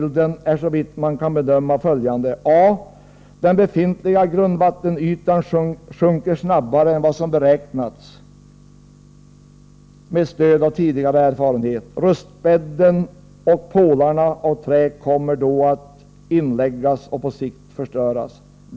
Det man pekade på var bl.a.: A. Den befintliga grundvattenytan sjunker snabbare än vad som beräknats med stöd av tidigare erfarenhet. Rustbädden och pålarna av trä kommer då att friläggas och på sikt förstöras.